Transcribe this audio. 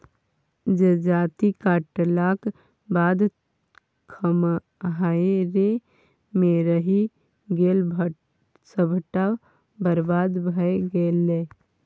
जजाति काटलाक बाद खम्हारे मे रहि गेल सभटा बरबाद भए गेलै